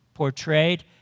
portrayed